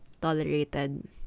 tolerated